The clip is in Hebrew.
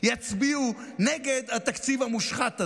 ויצביעו נגד התקציב המושחת הזה.